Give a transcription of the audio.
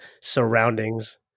surroundings